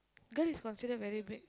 girl is considered very big